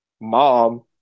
mom